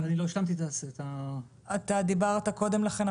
אני לא השלמתי את ה --- אתה דיברת קודם לכן,